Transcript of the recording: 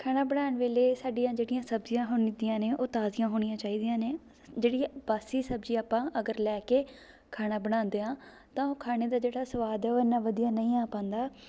ਖਾਣਾ ਬਣਾਉਣ ਵੇਲੇ ਸਾਡੀਆਂ ਜਿਹੜੀਆਂ ਸਬਜ਼ੀਆਂ ਹੁੰਦੀਆਂ ਨੇ ਉਹ ਤਾਜ਼ੀਆਂ ਹੋਣੀਆਂ ਚਾਹੀਦੀਆਂ ਨੇ ਜਿਹੜੀ ਇਹ ਬਾਸੀ ਸਬਜ਼ੀ ਆਪਾਂ ਅਗਰ ਲੈ ਕੇ ਖਾਣਾ ਬਣਾਉਂਦੇ ਹਾਂ ਤਾਂ ਉਹ ਖਾਣੇ ਦਾ ਜਿਹੜਾ ਸੁਆਦ ਹੈ ਉਹ ਇੰਨਾ ਵਧੀਆ ਨਹੀਂ ਆ ਪਾਉਂਦਾ